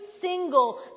single